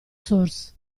source